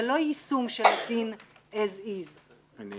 זה לא יישום שעושים as is .